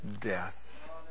death